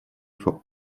for